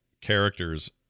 characters